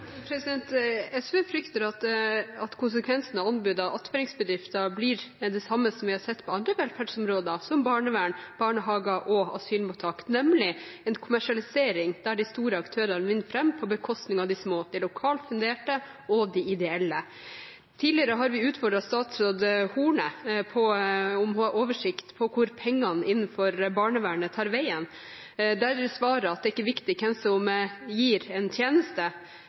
SV frykter at konsekvensen av anbud for attføringsbedrifter blir den samme som vi har sett på andre velferdsområder, som barnevern, barnehager og asylmottak, nemlig en kommersialisering der de store aktørene vinner fram på bekostning av de små, de lokalt funderte og de ideelle. Tidligere har vi utfordret statsråd Horne på om hun har oversikt over hvor pengene innenfor barnevernet tar veien. Der er svaret at det er ikke viktig hvem som gir en tjeneste,